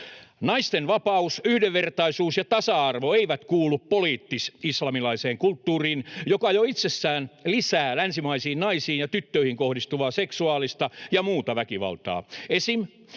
Naisten vapaus, yhdenvertaisuus ja tasa-arvo eivät kuulu poliittisislamilaiseen kulttuuriin, joka jo itsessään lisää länsimaisiin naisiin ja tyttöihin kohdistuvaa seksuaalista ja muuta väkivaltaa. Esim.